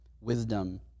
wisdom